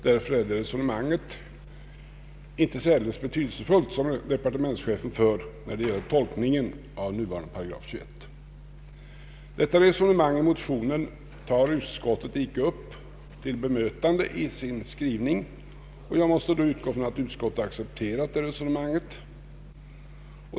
Därför är det här resonemanget som departementschefen för när det gäller tolkningen av nuvarande 8 21 inte särdeles betydelsefullt. Detta resonemang i motionen tar utskottet icke upp till bemötande i sin skrivning. Jag måste därför utgå från att utskottet har accepterat vårt resonemang.